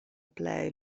plej